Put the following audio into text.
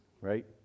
right